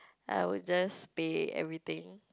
I would just pay everything